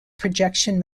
projection